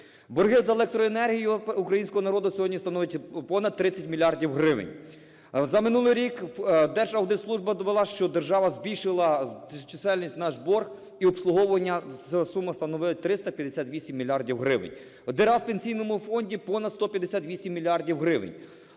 Борги за електроенергію українського народу сьогодні становить понад 30 мільярдів гривень. За минулий рік Держаудитслужба довела, що держава збільшила чисельність, наш борг і обслуговування, ця сума становить 358 мільярдів гривень. Діра в Пенсійному фонді - понад 158 мільярдів